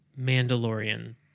Mandalorian